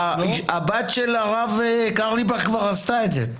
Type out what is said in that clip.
הבת של הרב קרליבך כבר עשתה את זה.